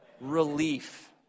Relief